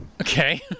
okay